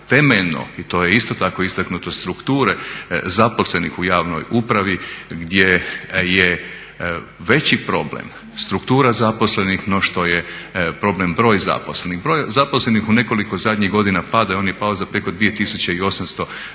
Temeljno i to je isto tako istaknuto strukture zaposlenih u javnoj upravi gdje je veći problem struktura zaposlenih no što je problem broj zaposlenih. Broj zaposlenih u nekoliko zadnjih godina pada i on je pao za preko 2800